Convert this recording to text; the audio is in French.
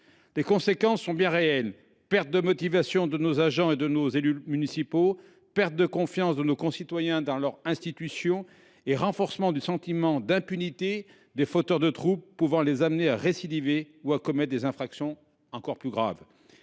Les conséquences sont bien réelles : perte de motivation de nos agents et de nos élus municipaux ; perte de confiance de nos concitoyens dans leurs institutions ; enfin, renforcement du sentiment d’impunité des fauteurs de troubles, ce qui peut les amener à récidiver ou à commettre des infractions plus graves.